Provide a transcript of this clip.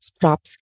props